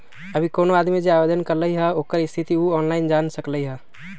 अभी कोनो आदमी जे आवेदन करलई ह ओकर स्थिति उ ऑनलाइन जान सकलई ह